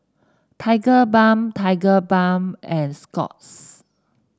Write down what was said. Tigerbalm Tigerbalm and Scott's